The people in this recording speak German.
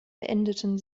beendeten